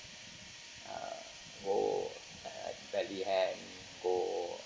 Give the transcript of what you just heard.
uh go go